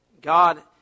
God